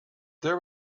there